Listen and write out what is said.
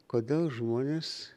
kodėl žmonės